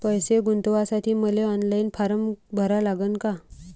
पैसे गुंतवासाठी मले ऑनलाईन फारम भरा लागन का?